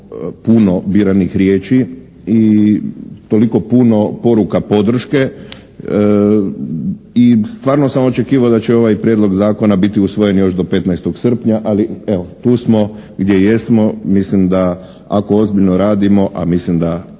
puno biranih riječi i toliko puno poruka podrške i stvarno sam očekivao da će ovaj Prijedlog zakona biti usvojen još do 15. srpnja. Ali evo tu smo gdje jesmo. Mislim da ako ozbiljno radimo, a mislim da